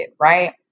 right